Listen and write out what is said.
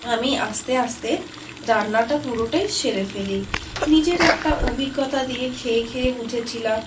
আমি আস্তে আস্তে রান্নাটা পুরোটাই সেরে ফেলি নিজের একটা অভিজ্ঞতা দিয়ে খেয়ে খেয়ে বুঝেছিলাম